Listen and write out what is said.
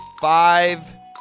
five—